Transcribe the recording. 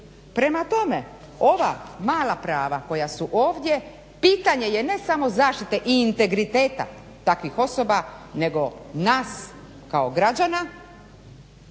Prema tome ova mala prava koja su ovdje pitanje je ne samo zaštite i integriteta takvih osoba nego nas kao građana